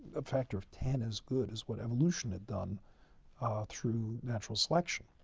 a factor of ten as good as what evolution had done through natural selection.